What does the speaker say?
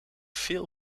veel